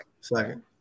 Second